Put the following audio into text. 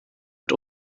mit